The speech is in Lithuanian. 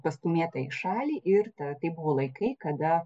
pastūmėta į šalį ir ta tai buvo laikai kada